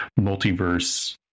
multiverse